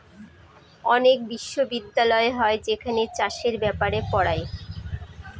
অনেক বিশ্ববিদ্যালয় হয় যেখানে চাষের ব্যাপারে পড়ায়